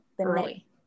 early